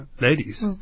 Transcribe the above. ladies